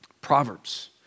Proverbs